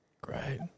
great